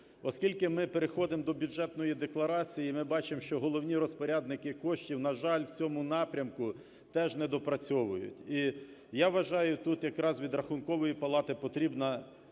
Оскільки ми переходимо до бюджетної декларації, ми бачимо, що головні розпорядники коштів, на жаль, в цьому напрямку теж недопрацьовують. І я вважаю, тут якраз від Рахункової палати потрібна